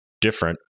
different